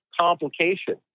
complication